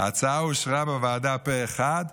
ההצעה אושרה בוועדה פה אחד,